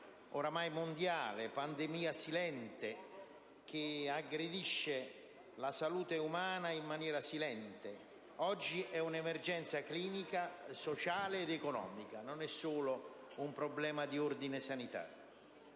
a livello mondiale, che aggredisce la salute umana in maniera silente, sia oggi un'emergenza clinica, sociale ed economica e non solo un problema di ordine sanitario.